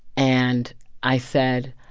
and i said,